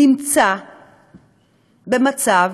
נמצא במצב